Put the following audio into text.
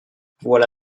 voilà